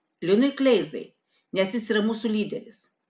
linui kleizai nes jis yra mūsų lyderis